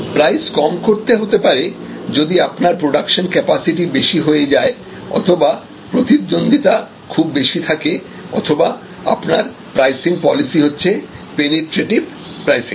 price কম করতে হতে পারে যদি আপনার প্রোডাকশন ক্যাপাসিটি বেশি হয়ে যায় অথবা প্রতিদ্বন্ধিতা খুব বেশি থাকে অথবা আপনার প্রাইসিং পলিসি হচ্ছে পেনিট্রেটিভ প্রাইসিং